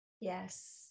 yes